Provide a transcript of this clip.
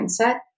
mindset